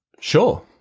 Sure